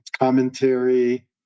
commentary